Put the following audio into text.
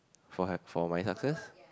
for have for my success